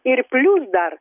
ir plius dar